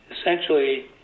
essentially